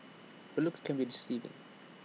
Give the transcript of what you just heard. but looks can be deceiving